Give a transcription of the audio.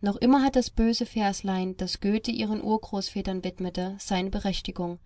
noch immer hat das böse verslein das goethe ihren urgroßvätern widmete seine berechtigung